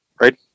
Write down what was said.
right